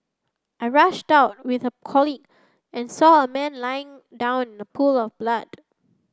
I rushed out with a colleague and saw a man lying down in a pool of blood